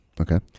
Okay